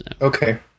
Okay